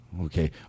Okay